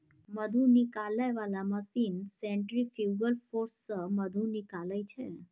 मधु निकालै बला machine centrifugal force सँ मधु निकालै छै